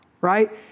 right